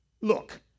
Look